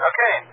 Okay